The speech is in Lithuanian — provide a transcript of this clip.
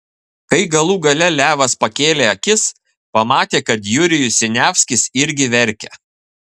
kai galų gale levas pakėlė akis pamatė kad jurijus siniavskis irgi verkia